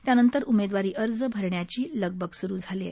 त्यानंतर उमेदवारी अर्ज भरण्याची लगबग सुरु झाली आहे